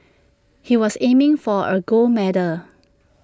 he was aiming for A gold medal